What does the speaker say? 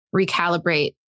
recalibrate